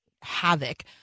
havoc